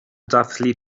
dathlu